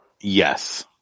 Yes